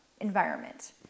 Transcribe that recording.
environment